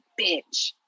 bitch